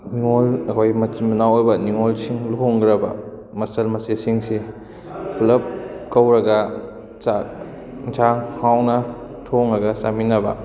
ꯅꯤꯉꯣꯜ ꯑꯩꯈꯣꯏ ꯃꯆꯤꯟ ꯃꯅꯥꯎ ꯑꯣꯏꯕ ꯅꯤꯡꯉꯣꯜꯁꯤꯡ ꯂꯨꯍꯣꯡꯈ꯭ꯔꯕ ꯃꯆꯜ ꯃꯆꯦꯁꯤꯡꯁꯤ ꯄꯨꯂꯞ ꯀꯧꯔꯒ ꯆꯥꯛ ꯌꯦꯟꯁꯥꯡ ꯍꯥꯎꯅ ꯊꯣꯡꯂꯒ ꯆꯥꯃꯤꯟꯅꯕ